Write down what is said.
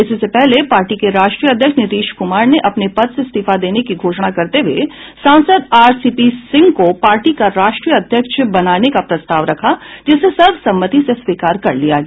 इससे पहले पार्टी के राष्ट्रीय अध्यक्ष नीतीश कुमार ने अपने पद से इस्तीफा देने की घोषणा करते हुये सांसद आर सीपी सिंह को पार्टी का राष्ट्रीय अध्यक्ष बनाने का प्रस्ताव रखा जिसे सर्वसम्मति से स्वीकार कर लिया गया